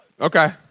Okay